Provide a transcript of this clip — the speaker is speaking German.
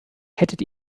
hättet